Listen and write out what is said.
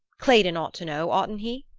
claydon ought to know, oughtn't he?